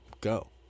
Go